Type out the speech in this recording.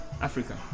Africa